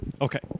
okay